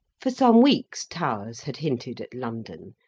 for some weeks towers had hinted at london,